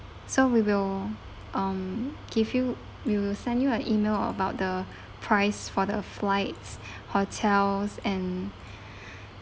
so we will um give you we will send you an email about the price for the flights hotels and